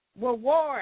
reward